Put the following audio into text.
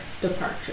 departure